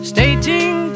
Stating